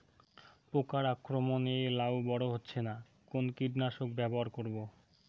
পোকার আক্রমণ এ লাউ বড় হচ্ছে না কোন কীটনাশক ব্যবহার করব?